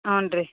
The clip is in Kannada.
ಹ್ಞಾ ರೀ